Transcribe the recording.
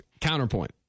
Counterpoint